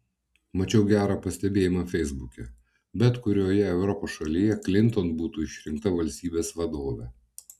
mačiau gerą pastebėjimą feisbuke bet kurioje europos šalyje klinton būtų išrinkta valstybės vadove